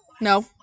No